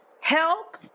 help